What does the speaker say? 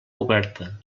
oberta